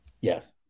Yes